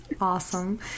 Awesome